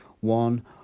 one